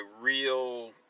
real